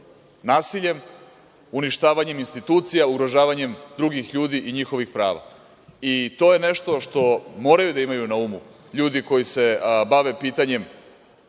nasiljem, uništavanjem institucija, ugrožavanjem drugih ljudi i njihovih prava. I to je nešto što moraju da imaju na umu ljudi koji se bave pitanjem